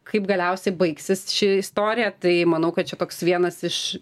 kaip galiausiai baigsis ši istorija tai manau kad čia toks vienas iš